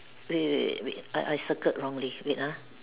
wait wait wait wait I circled wrongly wait ah